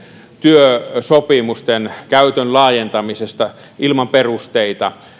työsopimusten käytön laajentamisesta ilman perusteita